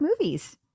Movies